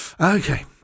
Okay